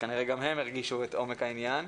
שכנראה גם הם הרגישו את עומק העניין.